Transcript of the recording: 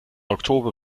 oktober